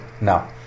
now